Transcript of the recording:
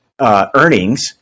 earnings